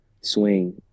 swing